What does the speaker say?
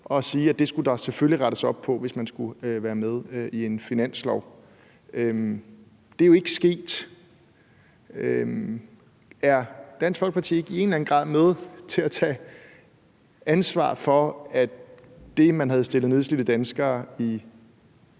og at der selvfølgelig skulle rettes op på det, hvis man skulle være med i en finanslov. Det er jo ikke sket. Er Dansk Folkeparti ikke i en eller anden grad med til at tage ansvar for, at det, man havde stillet nedslidte danskere i